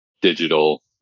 digital